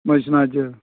मशिनाचेर